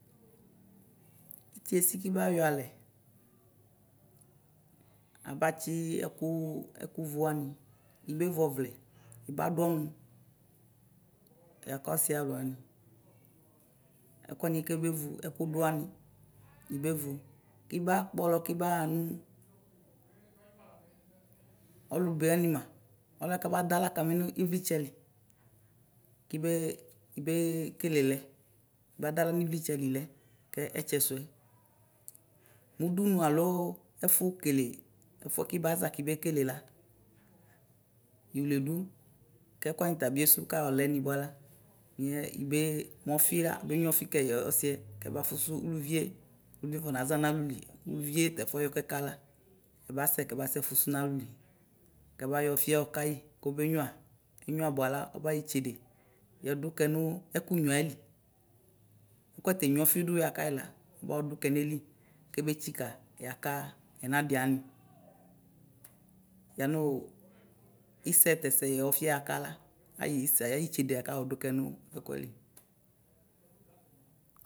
Itiesi kiba yɔ alɛ, abatsi ɛkʋ vʋ wani ibevʋ ɔvlɛ ibadʋ ɔni yaka ɔsiɛ ayalʋ wani ɛku wani kebevʋ ɛkʋdʋ wani ibevʋ iba kpɔlɔ ki ibaɣa nu ɔlʋbe wani ma ɔlɛ kabadʋ aɣla kami nʋ ivlitsɛli kebe kebe kele lɛ kibadʋ aɣla nʋ ivlitsɛli le kɛ ɛtsɛsoɛ mʋ udʋnʋ alo ɛfʋkele ɛfʋɛ kibaza kibe kelela iwledʋ kɛkʋ wani ta abiesu kayɔlɛ ni bʋala mɛ ibe mʋ ɔfia abenyua ɔfi kɔsiɛ kaba fusu ʋlʋvie ʋlʋvie afɔnaza nalʋli kɛbayɔ ɔfiɛ kayi kobenyua kenyua buala ɔboyɔ itsede yɔlukɛ nʋ ɛkʋnyua yɛli kɔtenyo ɔfidʋ akayila ɔbɔdʋ kɛ nayili kɛbe tsika yaka yanadi wani; yanʋ isɛ tɛsɛ yɔ ɔfi akala ayitsede layɛ dʋ kɛ nɛkʋɛli.